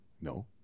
No